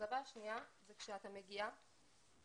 אכזבה שנייה היא כשאתה מגיע עם